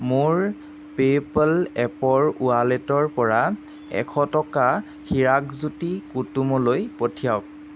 মোৰ পে'পল এপৰ ৱালেটৰ পৰা এশ টকা হিৰাকজ্যোতি কুতুমলৈ পঠিয়াওক